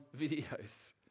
videos